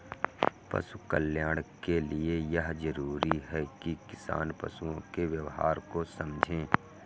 पशु कल्याण के लिए यह जरूरी है कि किसान पशुओं के व्यवहार को समझे